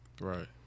Right